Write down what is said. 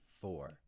four